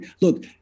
look